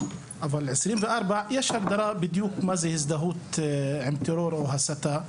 ב-24 יש הגדרה בדיוק מה זה הזדהות עם טרור או הסתה,